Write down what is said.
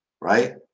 right